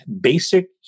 basic